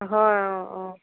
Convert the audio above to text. হয় অঁ অঁ